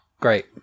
great